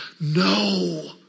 No